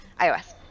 iOS